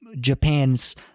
Japan's